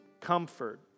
comfort